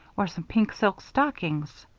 or some pink silk stockings.